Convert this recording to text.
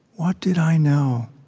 what did i know,